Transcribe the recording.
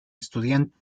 estudiante